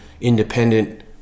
independent